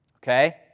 Okay